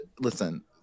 Listen